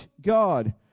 God